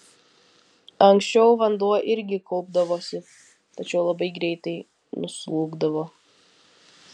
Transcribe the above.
anksčiau vanduo irgi kaupdavosi tačiau labai greitai nuslūgdavo